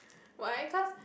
why cause